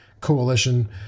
Coalition